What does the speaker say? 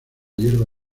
hierba